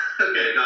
Okay